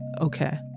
okay